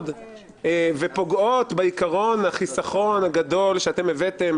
ופוגעות בעיקרון החיסכון הגדול שהבאתם,